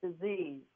disease